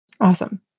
Awesome